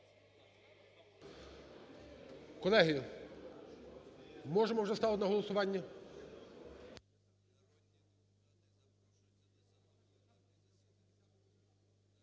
Колеги, можемо вже ставити на голосування?